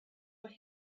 were